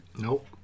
Nope